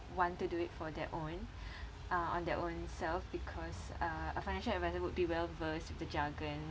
one to do it for their own uh on their ownself because uh a financial advisor would be well versed with the jargon